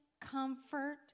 comfort